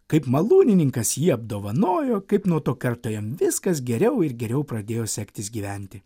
kaip malūnininkas jį apdovanojo kaip nuo to karto jam viskas geriau ir geriau pradėjo sektis gyventi